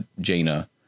Jaina